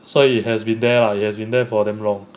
so it has been there lah it has been there for damn long